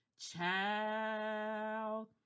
Child